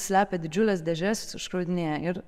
slepia didžiules dėžes iškraudinėja ir